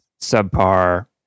subpar